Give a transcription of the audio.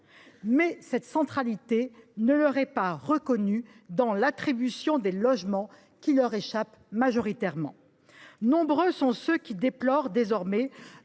Mais cette centralité ne leur est pas reconnue dans l’attribution des logements, qui leur échappe majoritairement. Nombreux sont ceux qui déplorent désormais